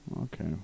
Okay